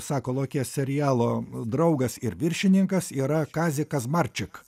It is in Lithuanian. sakalo akie serialo draugas ir viršininkas yra kazikas marčik